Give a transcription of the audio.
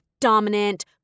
dominant